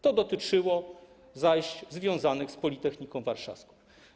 To dotyczyło zajść związanych z Politechniką Warszawską.